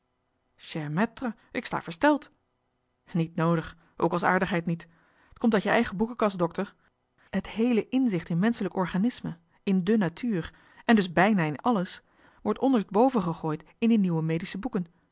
ik sta versteld niet noodig ook als aardigheid niet t komt uit je eigen boekenkast dokter het heele inzicht in menschelijk organisme in de natuur en dus bijna in alles wordt onderstboven gegooid in die nieuwe medische boeken